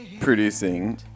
producing